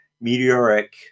meteoric